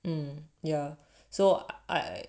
um yeah so I